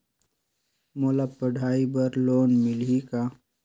मोला पढ़ाई बर लोन मिलही का?